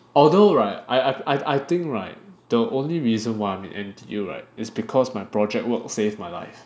although right I I I think right the only reason why I'm in N_T_U right is because my project work saved my life